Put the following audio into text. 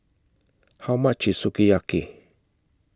How much IS Sukiyaki